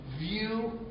view